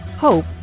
Hope